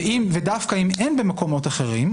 ודווקא אם אין במקומות אחרים,